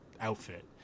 outfit